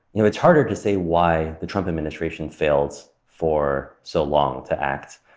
you know it's harder to say why the trump administration failed for so long to act.